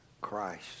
Christ